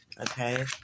okay